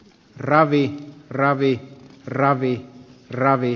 ravi kc ravi kc ravi ravi